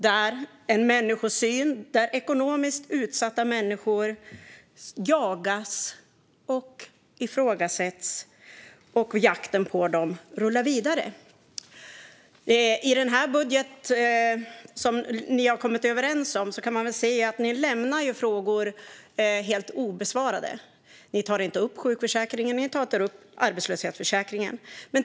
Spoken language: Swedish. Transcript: Där finns en människosyn där ekonomiskt utsatta människor jagas och ifrågasätts, och jakten på dem rullar vidare. I den budget som ni har kommit överens om kan man se att ni lämnar frågor helt obesvarade. Ni tar inte upp sjukförsäkringen, och ni tar inte upp arbetslöshetsförsäkringen.